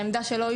העמדה שלו,